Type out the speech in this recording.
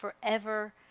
forever